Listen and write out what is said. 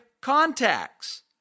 contacts